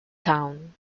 town